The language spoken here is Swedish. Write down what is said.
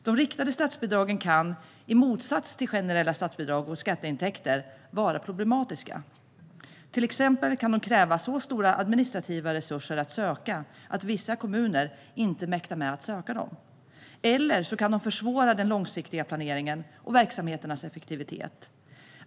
De riktade statsbidragen kan, i motsats till generella statsbidrag och skatteintäkter, vara problematiska. Till exempel kan de kräva så stora administrativa resurser att söka att vissa kommuner inte mäktar med att söka dem, eller så kan de försvåra den långsiktiga planeringen och verksamheternas effektivitet.